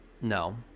No